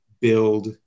build